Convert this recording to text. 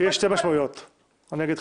אגיד לך.